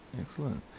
Excellent